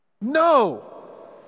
No